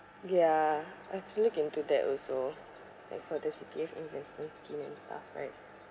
ya I've looked into that also like for the C_P_F investment scheme and stuff right